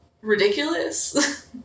ridiculous